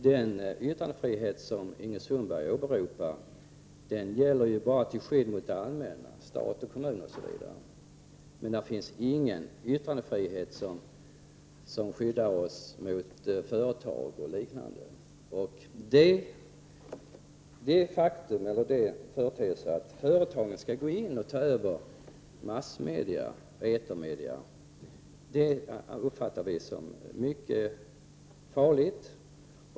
Den yttrandefrihetslag som Ingrid Sundberg åberopar avser bara att ge skydd mot det allmänna, mot stat och kommun osv. Men yttrandefrihetslagen ger inget skydd mot företag. Att företag går in och tar över etermedia uppfattar vi som mycket allvarligt.